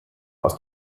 aus